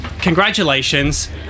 congratulations